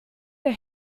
der